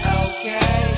okay